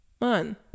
man